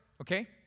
okay